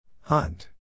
Hunt